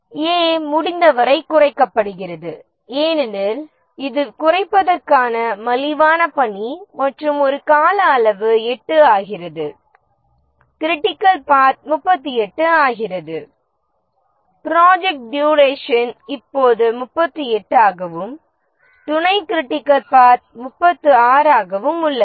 'A' முடிந்தவரை குறைக்கப்படுகிறது ஏனெனில் இது குறைப்பதற்கான மலிவான பணி மற்றும் ஒரு கால அளவு 8 ஆகிறது கிரிட்டிகள் பாத் 38 ஆகிறது ப்ராஜெக்ட் டியூரேஷன் இப்போது 38 ஆகவும் துணை கிரிட்டிகள் பாத் 36 ஆகவும் உள்ளது